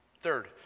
Third